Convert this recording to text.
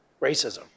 Racism